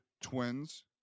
twins